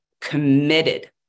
committed